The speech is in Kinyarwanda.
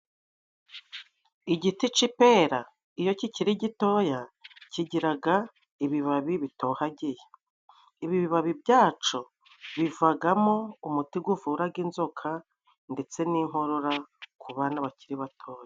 Igiti c'ipera iyo kikiri gitoya kigiraga ibibabi bitohagiye, ibibabi byaco bivagamo umuti g'uvuraga inzoka, ndetse n'inkorora kubanaana bakiri batoya.